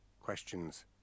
Questions